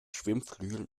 schwimmflügeln